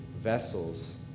vessels